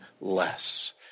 less